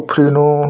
उफ्रिनु